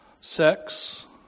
sex